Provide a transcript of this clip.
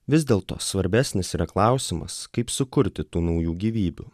vis dėlto svarbesnis yra klausimas kaip sukurti tų naujų gyvybių